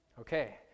Okay